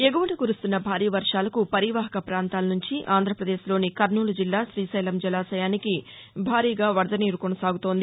ఎగువన కురుస్తున్న భారీ వర్షాలకు పరివాహక ప్రాంతాల నుంచి ఆంధ్రాపదేశ్లోని కర్నూలు జిల్లా శ్రీశైలం జలాశయానికి భారీగా వరద కొనసాగుతోంది